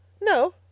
No